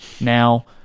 now